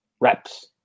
reps